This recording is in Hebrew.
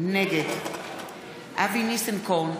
נגד אבי ניסנקורן,